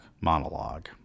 monologue